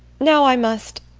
now i must.